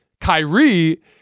Kyrie